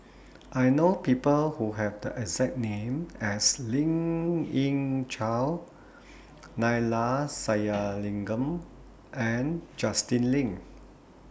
I know People Who Have The exact name as Lien Ying Chow Neila Sathyalingam and Justin Lean